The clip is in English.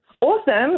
Awesome